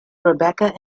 rebecca